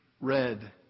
red